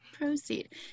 proceed